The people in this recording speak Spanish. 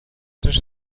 tres